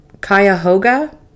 Cuyahoga